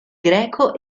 greco